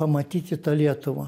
pamatyti tą lietuvą